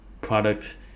product